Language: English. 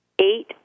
eight